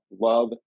Love